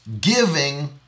giving